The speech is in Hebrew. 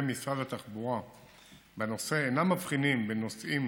משרד התחבורה בנושא אינה מבחינה בין נוסעים